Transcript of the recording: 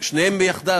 שניהם יחדיו,